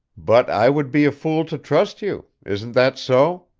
but i would be a fool to trust you. isn't that so?